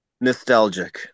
nostalgic